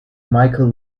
michael